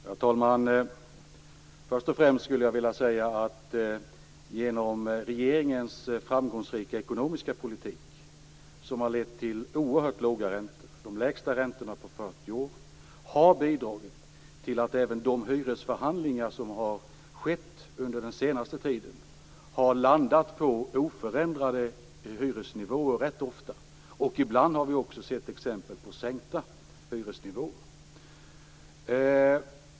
Herr talman! Först och främst skulle jag vilja säga att regeringens framgångsrika ekonomiska politik som har lett till oerhört låga räntor, de lägsta på 40 år, har bidragit till att även de hyresförhandlingar som har skett under den senaste tiden rätt ofta landat på oförändrade hyresnivåer. Ibland har vi sett exempel på sänkta hyresnivåer.